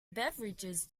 beverages